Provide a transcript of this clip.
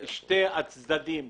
שני הצדדים,